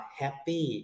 happy